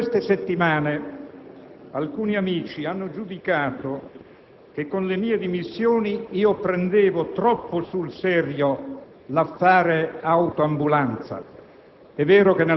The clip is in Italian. In queste settimane, alcuni amici hanno giudicato che con le mie dimissioni io prendevo troppo sul serio l'"affare autoambulanza"